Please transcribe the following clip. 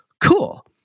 Cool